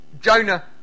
Jonah